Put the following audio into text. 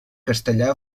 castellà